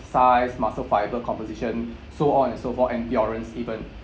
size muscle fibre composition so on so forth endurance even